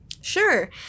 Sure